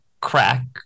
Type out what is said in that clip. crack